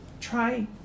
try